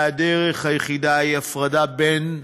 והדרך היחידה היא הפרדה בין העמים,